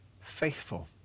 faithful